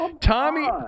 Tommy